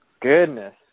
Goodness